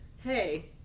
Hey